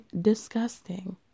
disgusting